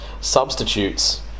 substitutes